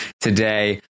today